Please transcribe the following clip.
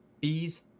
bees